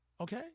Okay